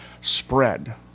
spread